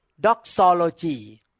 Doxology